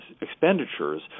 expenditures